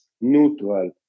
neutral